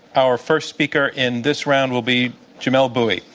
our first speaker in this round will be jamelle bouie.